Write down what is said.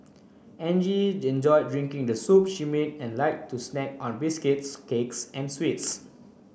Angie enjoyed drinking the soup she made and liked to snack on biscuits cakes and sweets